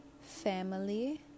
family